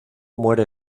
muere